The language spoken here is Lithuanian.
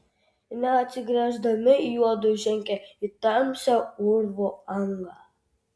neatsigręždami juodu žengė į tamsią urvo angą